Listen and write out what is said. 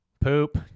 Poop